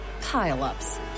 pile-ups